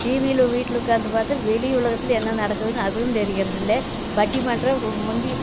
டிவியில் வீட்டில் உட்காந்து பார்த்து வெளி உலகத்தில் என்ன நடக்குதுனு அதுவும் தெரியறதில்ல பட்டிமன்ற வ முந்தி